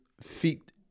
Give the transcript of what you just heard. feet